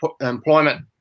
employment